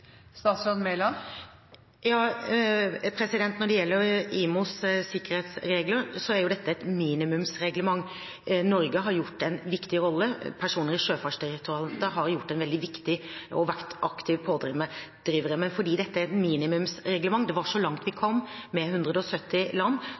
Når det gjelder IMOs sikkerhetsregler, er jo dette et minimumsreglement. Norge har spilt en viktig rolle. Personer i Sjøfartsdirektoratet har vært viktige og aktive pådrivere, men fordi dette er et minimumsreglement – det var så langt vi